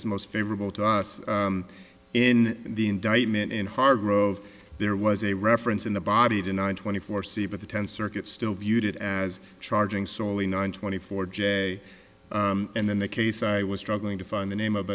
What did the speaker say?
is most favorable to us in the indictment and hargrove there was a reference in the body to nine twenty four c but the tenth circuit still viewed it as charging solely nine twenty four jack and in that case i was struggling to find the name of